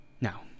Now